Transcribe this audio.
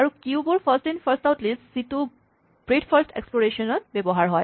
আৰু কিউ বোৰ first in first out list যিটো ব্ৰীথ ফাৰ্স্ট এক্সপ্লৰেছনত ব্যৱহাৰ হয়